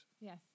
Yes